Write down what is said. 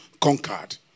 conquered